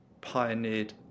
pioneered